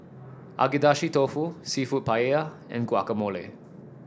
Agedashi Dofu seafood Paella and Guacamole